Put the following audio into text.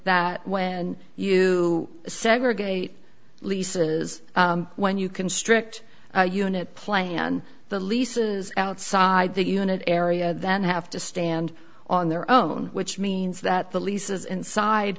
that when you segregate leases when you constrict unit plan the leases outside the unit area then have to stand on their own which means that the leases inside